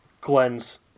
Glenn's